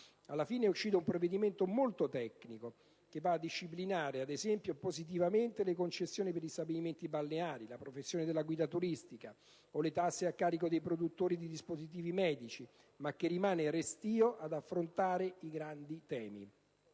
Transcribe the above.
Alla fine è uscito un provvedimento molto tecnico, che va a disciplinare, ad esempio, positivamente le concessioni per gli stabilimenti balneari, la professione della guida turistica o le tasse a carico dei produttori di dispositivi medici, ma che rimane restio ad affrontare i grandi temi.